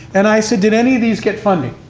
and i said, did any of these get funding?